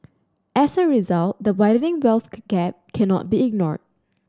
as a result the widening wealth gap cannot be ignored